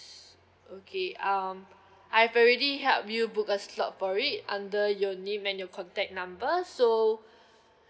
okay um I've already help you book a slot for it under your name and your contact number so